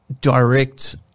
direct